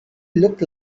look